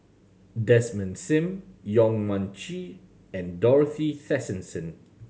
Desmond Sim Yong Mun Chee and Dorothy Tessensohn